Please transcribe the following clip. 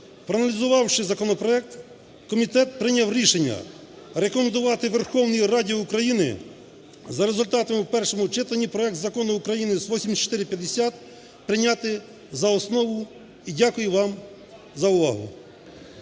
Проаналізувавши законопроект, комітет прийняв рішення рекомендувати Верховній Раді України за результатами в першому читанні проект Закону України 8450 прийняти за основу. І дякую вам за увагу.